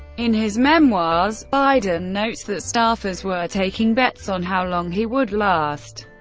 in his memoirs, biden notes that staffers were taking bets on how long he would last.